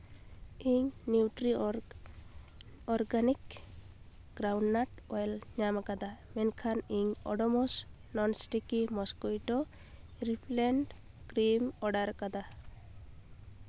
ᱤᱧ Nutriorg organic groundnut oil ᱧᱟᱢ ᱠᱟᱫᱟ ᱢᱮᱱᱠᱷᱟᱱ ᱤᱧ Odomos non-sticky mosquito repellent cream order ᱟᱠᱟᱫᱟ